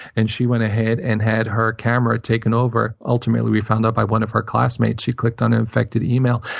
and she went ahead and had her camera taken over, ultimately we found out by one of her classmates. she clicked on an infected email,